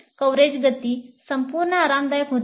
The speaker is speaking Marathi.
कव्हरेज गती संपूर्ण आरामदायक होती